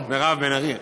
מירב בן ארי.